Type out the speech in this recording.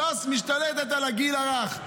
ש"ס משתלטת על הגיל הרך,